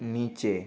নিচে